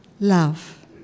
Love